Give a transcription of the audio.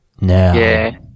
now